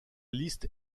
liste